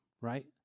right